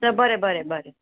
चल बरें बरें बरें